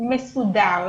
מסודר